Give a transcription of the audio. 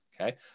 Okay